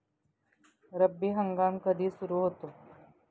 रब्बी हंगाम कधी सुरू होतो?